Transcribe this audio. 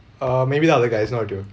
err maybe the other guys not you